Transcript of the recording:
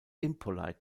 impolite